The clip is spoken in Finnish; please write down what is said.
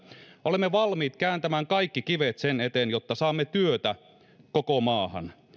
olemme valmiit kääntämään kaikki kivet sen eteen jotta saamme työtä koko maahan